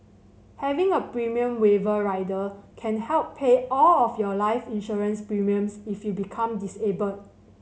having a premium waiver rider can help pay all of your life insurance premiums if you become disabled